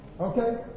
Okay